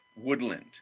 woodland